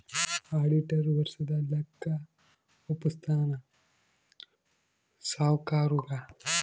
auditor ವರ್ಷದ ಲೆಕ್ಕ ವಪ್ಪುಸ್ತಾನ ಸಾವ್ಕರುಗಾ